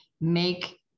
make